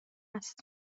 است